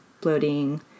bloating